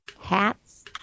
Hats